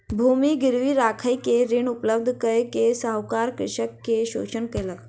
भूमि गिरवी राइख के ऋण उपलब्ध कय के साहूकार कृषक के शोषण केलक